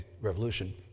revolution